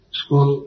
school